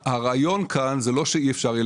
הרעיון כאן זה לא שאי אפשר יהיה